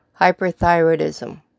Hyperthyroidism